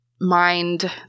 mind